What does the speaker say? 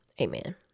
Amen